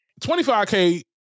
25K